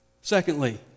Secondly